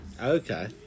Okay